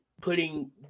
putting